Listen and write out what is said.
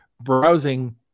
browsing